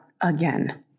again